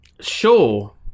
Sure